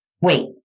Wait